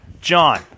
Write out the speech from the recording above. John